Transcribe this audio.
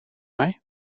mij